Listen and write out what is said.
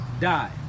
die